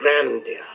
grandeur